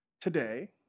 today